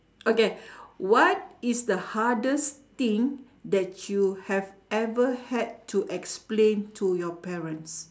okay what is the hardest thing that you have ever had to explain to your parent